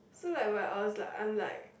so like where us are unlike